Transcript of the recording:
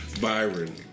Byron